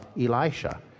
Elisha